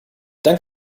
dann